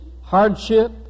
hardship